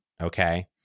okay